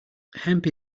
hemp